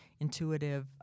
intuitive